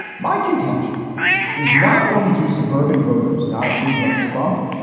my contention is not only do suburban voters not approve of trump,